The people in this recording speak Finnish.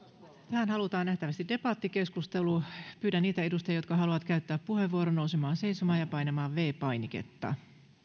tähän halutaan nähtävästi debattikeskustelu pyydän niitä edustajia jotka haluavat käyttää puheenvuoron nousemaan seisomaan ja painamaan viides painiketta